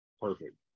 Perfect